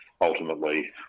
ultimately